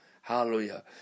Hallelujah